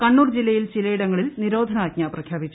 കണ്ണൂർ ജില്ലയിൽ ചില ഇടങ്ങളിൽ നിരോധനാജ്ഞ പ്രഖ്യാപിച്ചു